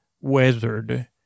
weathered